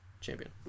Champion